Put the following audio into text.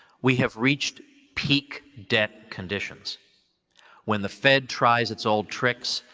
we have reached peak debt conditions when the fed tries its old tricks,